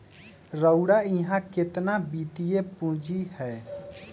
रउरा इहा केतना वित्तीय पूजी हए